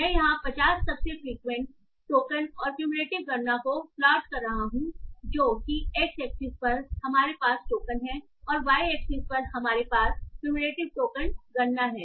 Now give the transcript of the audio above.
मैं यहां 50 सबसे फ्रिक्वेंट टोकन और cumulative गणना को प्लॉट कर रहा हूं जो कि x axis पर हमारे पास टोकन है और वाई axis पर हमारे पास cumulative टोकन गणना है